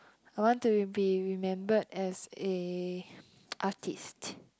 I want to be remembered as a artist